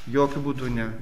jokiu būdu ne